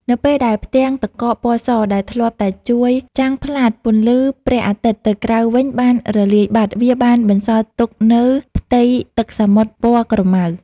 នៅពេលដែលផ្ទាំងទឹកកកពណ៌សដែលធ្លាប់តែជួយចាំងផ្លាតពន្លឺព្រះអាទិត្យទៅក្រៅវិញបានរលាយបាត់ វាបានបន្សល់ទុកនូវផ្ទៃទឹកសមុទ្រពណ៌ក្រម៉ៅ។